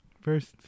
first